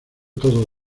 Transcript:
todo